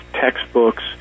textbooks